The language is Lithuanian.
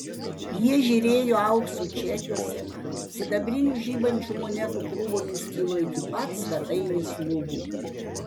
jie žėrėjo auksu čekiuose sidabrinių žibančių monetų krūvomis kilo iki pat svetainės lubų